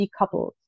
decoupled